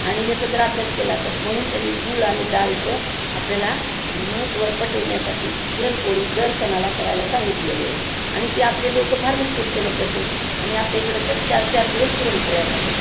आणि ह्याचा जर अभ्यास केला तर म्हणून त्यांनी गूळ आणि डाळीचं आपल्याला महत्त्व पटवण्यासाठी पुरणपोळी दर सणाला करायला सांगितलेली आहे आणि ती आपले लोक फार उत्सुकतेने करतात आणि आपल्या इकडं तर चार चार दिवस पुरणपोळ्या खातात